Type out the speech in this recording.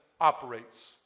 operates